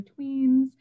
tweens